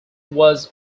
was